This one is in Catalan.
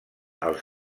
els